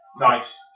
Nice